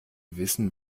wissen